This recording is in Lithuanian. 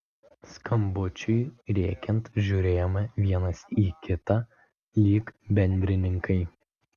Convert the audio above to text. skambučiui rėkiant žiūrėjome vienas į kitą lyg bendrininkai